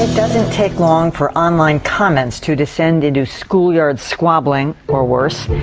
doesn't take long for online comments to descend into schoolyard squabbling, or worse,